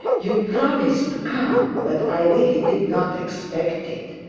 you promised to come but i really did not expect it.